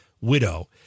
widow